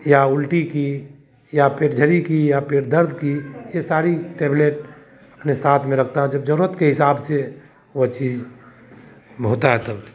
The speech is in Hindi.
या उल्टी की या पेटझरी की या पेट दर्द की यह सारी टैबलेट अपने साथ में रखता हूँ जब ज़रूरत के हिसाब से वह चीज़ होता है तब ले